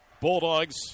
Bulldogs